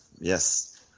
Yes